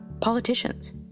Politicians